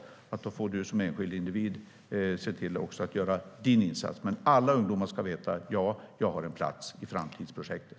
Man får som enskild individ också se till att göra sin insats. Men alla ungdomar ska veta att de har en plats i framtidsprojektet.